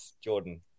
Jordan